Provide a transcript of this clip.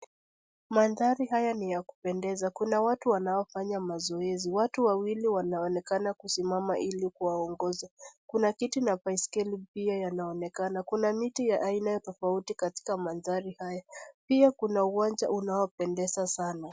Mandhari haya ni ya kupendeza. Kuna watu wanaofanya mazoezi. Watu wawili wanaonekana kusimama ili kuwaongoza. Kuna kiti na baiskeli pia yanaonekana. Kuna miti ya aina tofauti katika mandhari haya. Pia kuna uwanja unaopendeza sana.